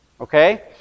Okay